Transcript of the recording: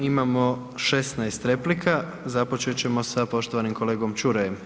Imamo 16 replika, započet ćemo sa poštovanim kolegom Ćurajem.